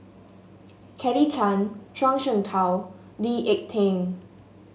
Kelly Tang Zhuang Shengtao Lee Ek Tieng